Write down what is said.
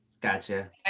Gotcha